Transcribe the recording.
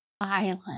Island